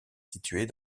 située